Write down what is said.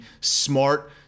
smart